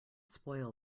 spoil